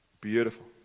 beautiful